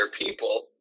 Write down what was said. people